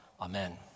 Amen